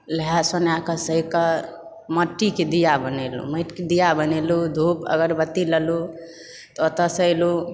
नहाय सोनायक सहिकऽ मट्टीके दिआ बनेलहुँ माटिके दिआ बनेलहुँ धूप अगरबत्ती लेलहुँ तऽ ओतऽसंँ एलहुँ